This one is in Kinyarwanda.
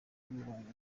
inyarwanda